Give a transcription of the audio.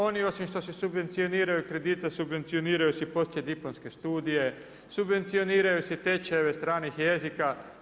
Oni osim što si subvencioniraju kredite subvencioniraju si posljediplomske studije, subvencioniraju si tečajeve stranih jezika.